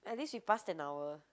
at least we passed an hour